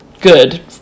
good